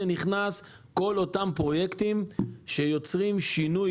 נכנסים כל אותם פרויקטים שיוצרים שינוי.